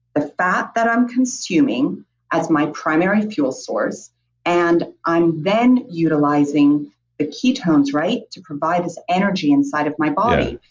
the fat that i'm consuming as my primary fuel source and i'm then utilizing the ketones to to provide this energy inside of my body.